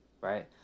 right